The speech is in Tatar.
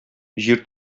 җир